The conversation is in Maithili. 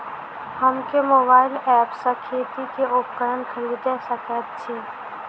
हम केँ मोबाइल ऐप सँ खेती केँ उपकरण खरीदै सकैत छी?